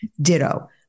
Ditto